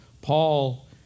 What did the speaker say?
Paul